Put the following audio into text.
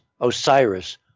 Osiris